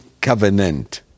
covenant